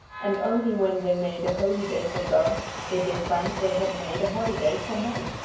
and only when they made a holy day for god did they find they had made a holiday for men.